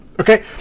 Okay